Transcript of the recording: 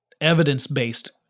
evidence-based